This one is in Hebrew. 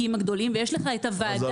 הגדולים ויש לך את הוועדה.